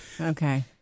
Okay